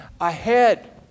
ahead